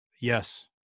Yes